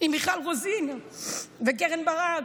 עם מיכל רוזין וקרן ברק.